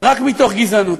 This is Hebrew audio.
רק מתוך גזענות.